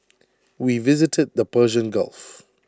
we visited the Persian gulf